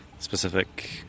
specific